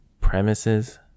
Premises